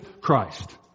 Christ